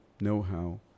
know-how